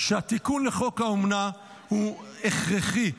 שהתיקון לחוק האומנה הוא הכרחי.